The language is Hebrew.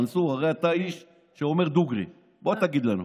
מנסור, הרי אתה איש שאומר דוגרי, בוא תגיד לנו.